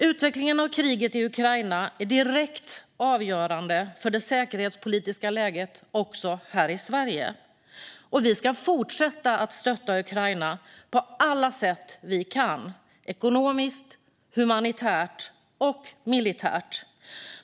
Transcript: Utvecklingen av kriget i Ukraina är direkt avgörande för det säkerhetspolitiska läget också här i Sverige. Vi ska fortsätta stötta Ukraina på alla sätt vi kan - ekonomiskt, humanitärt och militärt.